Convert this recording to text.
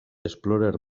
explorer